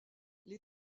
les